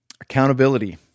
Accountability